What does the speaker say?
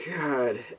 god